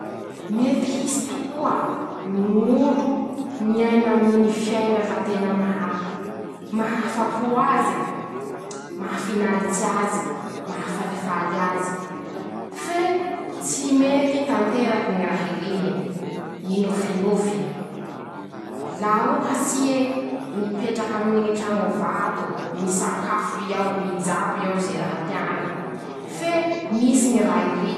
Mety hisy tokoa ñ'olo miaina aminy ñy fiaiña laha tena maha mahafa-po aze<...>, mahafinarits'aze, mahafalifaly aze; fe tsy mety tanteraky ñy raha irine, ñy nofinofine, laha ohats'ie mipetraky aminy ñy traño vato, misakafo ii ao, mijabo ii ao, ze raha teany fe misy ñy raha.